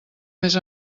més